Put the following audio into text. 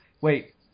Wait